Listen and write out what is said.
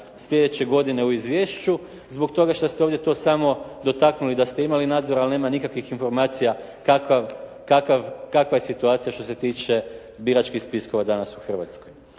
sljedeće godine u izvješću, zbog toga što ste ovdje to samo dotaknuli da ste imali nadzor ali nema nikakvih informacija kakva je situacija što se tiče biračkih spiskova danas u Hrvatskoj.